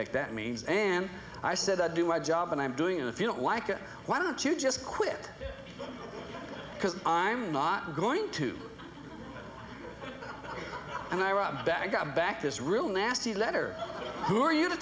heck that means and i said i do my job and i'm doing it if you don't like it why don't you just quit because i'm not going to and i robbed baghdad back this really nasty letter who are you to